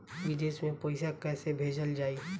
विदेश में पईसा कैसे भेजल जाई?